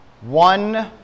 one